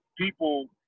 People